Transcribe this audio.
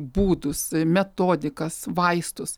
būdus metodikas vaistus